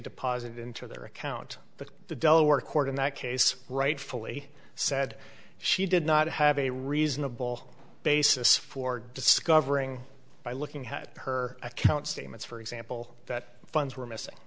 deposited into their account but the delaware court in that case rightfully said she did not have a reasonable basis for discovering by looking at her account statements for example that funds were missing